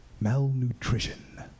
Malnutrition